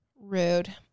Rude